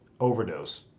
Overdose